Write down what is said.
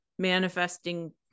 manifesting